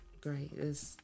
great